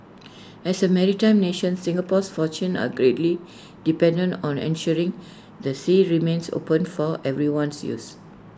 as A maritime nation Singapore's fortunes are greatly dependent on ensuring the sea remains open for everyone's use